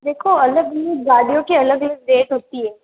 देखो अलग अलग गाड़ियों को अलग अलग रेट होती है